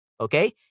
Okay